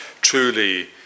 Truly